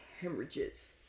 hemorrhages